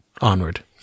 onward